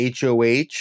HOH